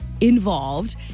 involved